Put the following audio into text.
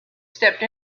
stepped